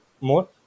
more